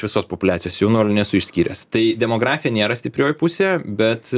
visos populiacijos jaunuolių nesu išskyręs tai demografija nėra stiprioji pusė bet